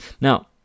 Now